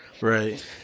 Right